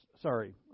sorry